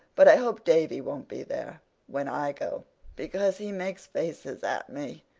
but i hope davy won't be there when i go because he makes faces at me.